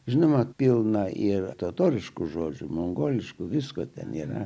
žinoma pilna ir totoriškų žodžių mongoliškų visko ten nėra